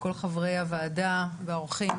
כל חברי הוועדה והאורחים,